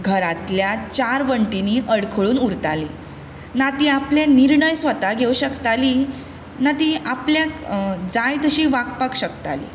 घरांतल्या चार वण्टींनी अडखळून उरताली ना ती आपले निर्णय स्वता घेवं शकताली ना ती आपल्याक जाय तशी वागपाक शकताली